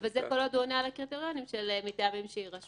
זה כל עוד הוא עונה על הקריטריונים של מטעמים שיירשמו,